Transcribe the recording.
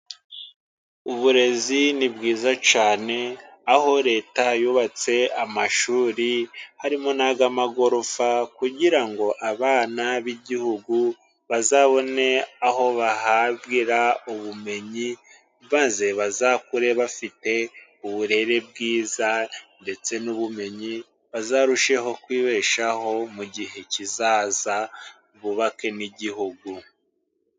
Uburezi ni bwiza cyane, aho Leta yubatse amashuri, harimo n'ay'amagorofa, kugira ngo abana b'igihugu bazabone aho bahahira ubumenyi, maze bazakure bafite uburere bwiza, ndetse n'ubumenyi, bazarusheho kwibeshaho mu gihe kizaza, bubake n'igihugu.